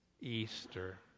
Easter